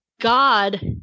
God